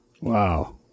Wow